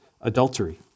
adultery